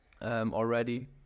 Already